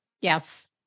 Yes